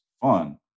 fun